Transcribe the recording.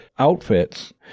outfits